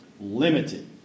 limited